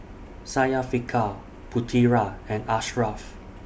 Syafiqah Putera and Ashraf